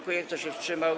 Kto się wstrzymał?